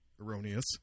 erroneous